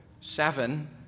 seven